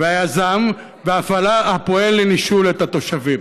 והיזם הפועל לנישול התושבים,